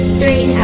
three